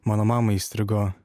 mano mamai įstrigo